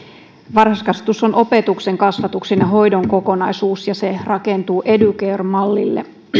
varhaiskasvatus on opetuksen kasvatuksen ja hoidon kokonaisuus ja se rakentuu educare mallille